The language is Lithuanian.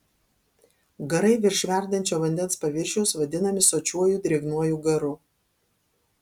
garai virš verdančio vandens paviršiaus vadinami sočiuoju drėgnuoju garu